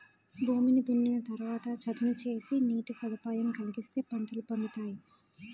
భూమిని దున్నిన తరవాత చదును సేసి నీటి సదుపాయం కలిగిత్తేనే పంటలు పండతాయి